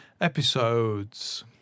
episodes